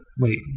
Wait